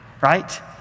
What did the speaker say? right